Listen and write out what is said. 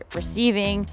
receiving